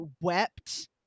wept